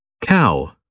Cow